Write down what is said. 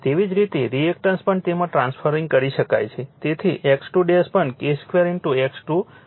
તેવી જ રીતે રિએક્ટન્સ પણ તેમાં ટ્રાન્સફરરિંગ કરી શકાય છે તેથી X2 પણ K2 X2 હશે